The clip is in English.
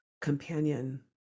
companion